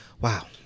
wow